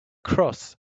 cross